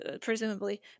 presumably